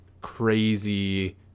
crazy